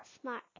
smart